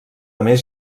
més